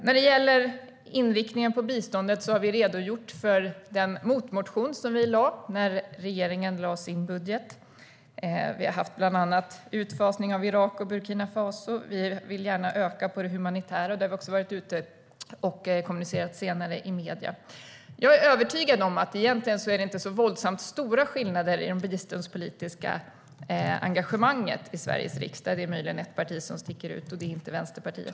När det gäller inriktningen på biståndet har vi redogjort för den motmotion vi väckte när regeringen lade fram sin budget. Vi har föreslagit en utfasning av Irak och Burkina Faso. Vi vill gärna öka biståndet på det humanitära området. Det har vi också kommunicerat vid senare tillfällen i medierna. Jag är övertygad om att det egentligen inte är så stora skillnader i det biståndspolitiska engagemanget i Sveriges riksdag. Det är möjligen ett parti som sticker ut, och det är inte Vänsterpartiet.